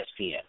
ESPN